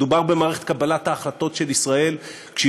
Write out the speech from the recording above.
מדובר במערכת קבלת ההחלטות של ישראל כשהיא